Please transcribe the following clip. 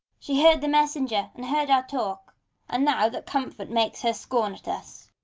she heard the messenger, and heard our talk and now that comfort makes her scorn at us.